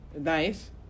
Nice